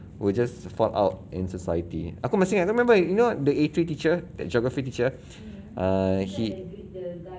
will just fought out in society aku masih ingat err I remember you know the A three teacher that geography teacher err he